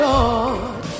Lord